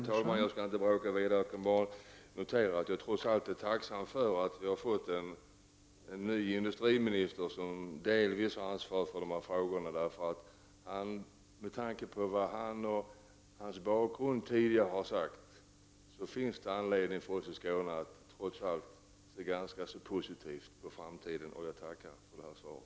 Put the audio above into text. Fru talman! Jag skall inte gå vidare här. Trots allt är jag tacksam för att vi har fått en ny industriminister, som delvis har ett ansvar för här nämnda frågor. Med tanke på Rune Molins tidigare uttalande och bakgrund finns det anledning för oss i Skåne att se ganska positivt på framtiden. Jag tackar alltså för svaret.